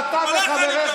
שרק אני משיב לכם פה?